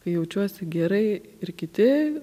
kai jaučiuosi gerai ir kiti